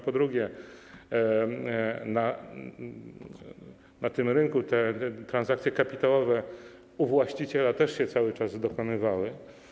Po drugie, na tym rynku te transakcje kapitałowe w przypadku właściciela też się cały czas dokonywały.